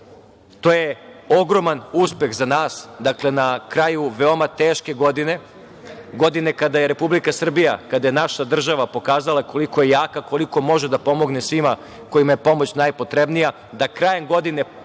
je ogroman uspeh za nas. Dakle, na kraju veoma teške godine, godine kada je Republika Srbija, kada je naša država, pokazala koliko je jaka, koliko može da pomogne svima kojima je pomoć najpotrebnija, da krajem godine